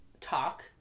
talk